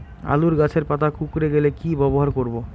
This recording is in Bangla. আলুর গাছের পাতা কুকরে গেলে কি ব্যবহার করব?